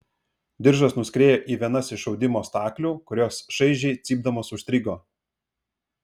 diržas nuskriejo į vienas iš audimo staklių kurios šaižiai cypdamos užstrigo